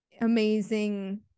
Amazing